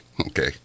Okay